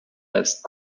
erst